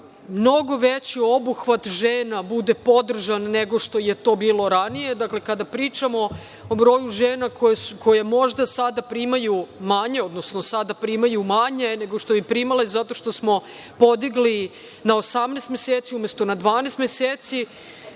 mnogo veći obuhvat žena bude podržan nego što je to bilo ranije. Dakle, kada pričamo o broju žena koje možda sada primaju manje, odnosno sada primaju manje nego što bi primale zato što smo podigli na 18 meseci, umesto na 12 meseci.